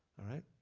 all right?